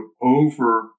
over